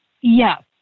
yes